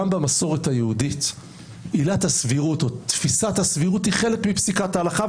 גם במסורת היהודית עילת הסבירות או תפיסת הסבירות היא חלק מפסיקת ההלכה,